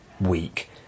week